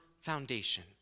foundation